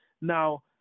now